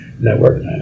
network